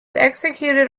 executed